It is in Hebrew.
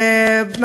מה